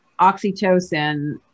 oxytocin